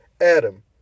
Adam